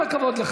עם כל הכבוד.